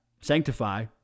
Sanctify